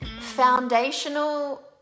foundational